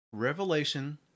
Revelation